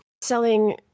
selling